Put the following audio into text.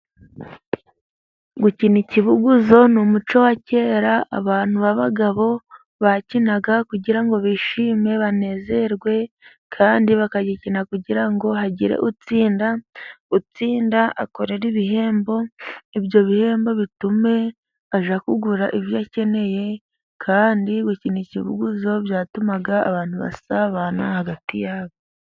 Gukina ikibuguzo ni umuco wa kera abantu b'abagabo bakinaga kugira ngo bishime, banezerwe, kandi bakagikina kugira ngo hagire utsinda, utsinda akorera ibihembo, ibyo bihembo bitume ajya kugura ibyo akeneye, kandi gukina ikibuguzo byatumaga abantu basabana hagati yabo.